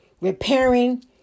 repairing